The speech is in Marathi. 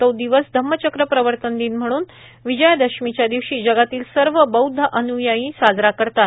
तो दिवस धम्मचक्र प्रवर्तन दिन म्हणून विजयादशमीच्या दिवशी जगातील सर्व बौद्ध अन्यायी साजरा करतात